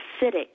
acidic